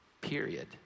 Period